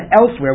elsewhere